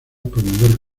promover